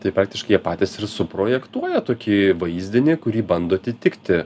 tai praktiškai jie patys ir suprojektuoja tokį vaizdinį kurį bandot įtikti